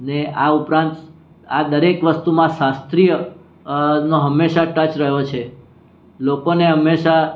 ને આ ઉપરાંત આ દરેક વસ્તુમાં શાસ્ત્રીય નો હંમેશા ટચ રહ્યો છે લોકોને હંમેશા